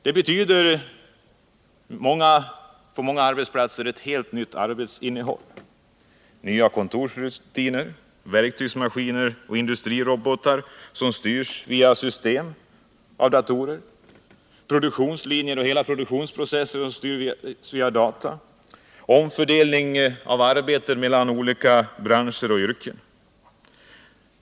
Det betyder på många arbetsplatser ett helt nytt arbetsinnehåll, nya kontorsrutiner, verktygsmaskiner och industrirobotar som styrs via system av datorer. Produktionslinjer och hela produktionsprocesser styrs via data. Det kan bli omfördelningar av arbete mellan olika branscher och yrken.